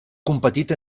competit